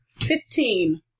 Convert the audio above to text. fifteen